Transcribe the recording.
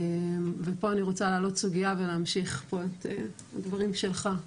ופה אני רוצה להעלות סוגיה ולהמשיך פה את הדברים שלך,